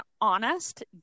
honest